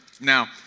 Now